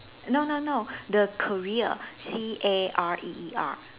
no no no the career C A R E E R